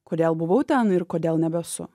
kodėl buvau ten ir kodėl nebesu